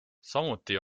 samuti